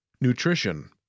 Nutrition